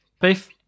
beef